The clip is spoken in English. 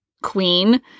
Queen